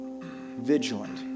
vigilant